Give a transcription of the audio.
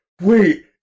Wait